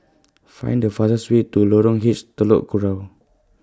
Find The fastest Way to Lorong H Telok Kurau